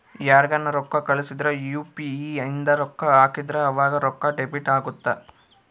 ಯಾರ್ಗನ ರೊಕ್ಕ ಕಳ್ಸಿದ್ರ ಯು.ಪಿ.ಇ ಇಂದ ರೊಕ್ಕ ಹಾಕಿದ್ರ ಆವಾಗ ರೊಕ್ಕ ಡೆಬಿಟ್ ಅಗುತ್ತ